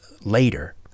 later